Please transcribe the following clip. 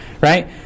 right